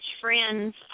friends